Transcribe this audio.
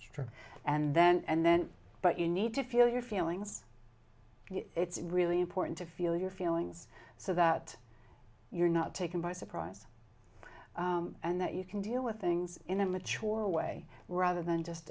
for and then and then but you need to feel your feelings it's really important to feel your feelings so that you're not taken by surprise and that you can deal with things in a mature way rather than just